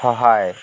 সহায়